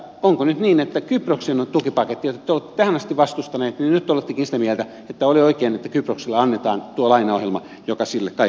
onko nyt niin että vaikka kyproksen tukipakettia te olette tähän asti vastustaneet niin nyt te olettekin sitä mieltä että oli oikein että kyprokselle annetaan tuo lainaohjelma joka sille kaiken kaikkiaan on annettu